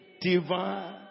divine